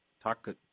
Talk